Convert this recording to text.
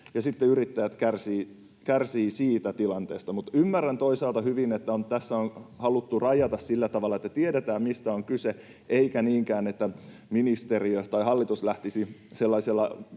yrittäjät kärsivät siitä tilanteesta. Mutta ymmärrän toisaalta hyvin, että tässä on haluttu rajata sillä tavalla, että tiedetään, mistä on kyse, eikä niinkään, että ministeriö tai hallitus lähtisi ikään